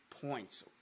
points